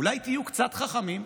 אולי תהיו קצת חכמים?